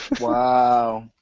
Wow